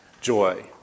joy